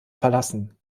verlassen